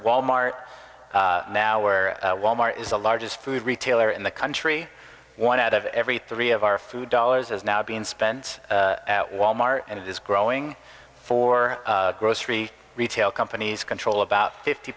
wal mart now where wal mart is the largest food retailer in the country one out of every three of our food dollars is now being spent at wal mart and it is growing for grocery retail companies control about fifty